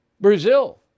Brazil